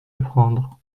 apprendre